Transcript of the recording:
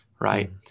right